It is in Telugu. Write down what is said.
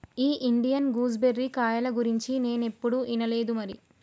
ఈ ఇండియన్ గూస్ బెర్రీ కాయల గురించి నేనేప్పుడు ఇనలేదు మరి